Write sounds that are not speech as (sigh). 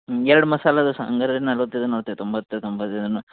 ಹ್ಞೂ ಎರಡು ಮಸಾಲೆ ದೋಸೆ ಹಂಗಾದ್ರೆ ನಲ್ವತ್ತೈದು ನಲ್ವತ್ತೈದು ತೊಂಬತ್ತು ತೊಂಬತ್ತು (unintelligible)